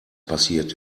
passiert